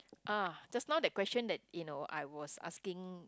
ah just now that question that you know I was asking